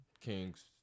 Kings